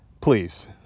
Please